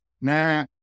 nah